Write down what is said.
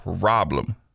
problem